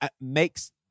makes